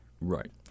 right